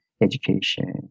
education